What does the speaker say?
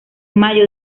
mayo